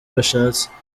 bashatse